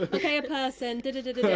but okay, a person, dah, and dah,